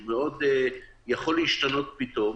הוא מאוד יכול להשתנות פתאום.